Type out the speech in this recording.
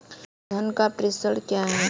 धन का प्रेषण क्या है?